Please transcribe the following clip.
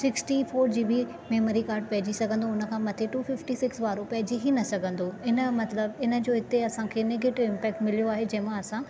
sixty four GB card पइजी सघंदो उन खां मथे टू फिफ्टी सिक्स वारो पइजी ही न सघंदो इन जो मतिलबु इन जो इते असां खे नेगेटिव इंपेक्ट् मिलियो आहे जंहिं मां असां